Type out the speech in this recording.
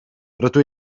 rydw